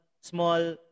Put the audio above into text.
small